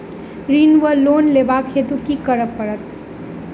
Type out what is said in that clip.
ऋण वा लोन लेबाक हेतु की करऽ पड़त?